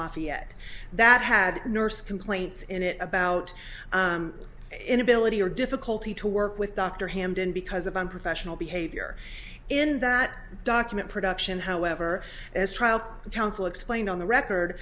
lafayette that had nurse complaints in it about inability or difficulty to work with dr hamdan because of unprofessional behavior in that document production however as trial counsel explained on the record